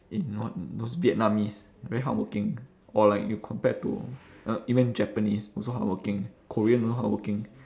in what those vietnamese very hardworking or like you compared to uh even japanese also hardworking korean also hardworking